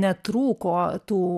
netrūko tų